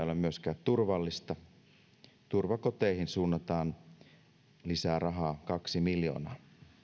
ole myöskään turvallista turvakoteihin suunnataan lisää rahaa kaksi miljoonaa